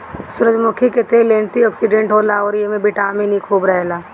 सूरजमुखी के तेल एंटी ओक्सिडेंट होला अउरी एमे बिटामिन इ खूब रहेला